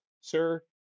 Sir